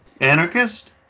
Anarchist